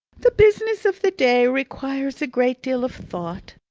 the business of the day requires a great deal of thought.